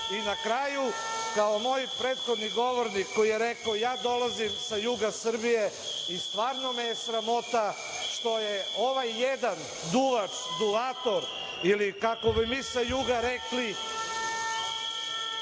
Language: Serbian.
red. Na kraju, kao moj prethodni govornik koji je rekao – ja dolazim sa juga Srbije i stvarno me je sramota što je ovaj jedan duvac, duvator ili kako bi mi sa juga rekli